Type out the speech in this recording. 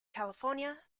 california